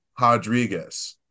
Rodriguez